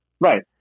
Right